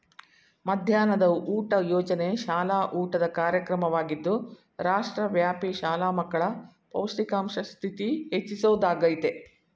ಮಧ್ಯಾಹ್ನದ ಊಟ ಯೋಜನೆ ಶಾಲಾ ಊಟದ ಕಾರ್ಯಕ್ರಮವಾಗಿದ್ದು ರಾಷ್ಟ್ರವ್ಯಾಪಿ ಶಾಲಾ ಮಕ್ಕಳ ಪೌಷ್ಟಿಕಾಂಶ ಸ್ಥಿತಿ ಹೆಚ್ಚಿಸೊದಾಗಯ್ತೆ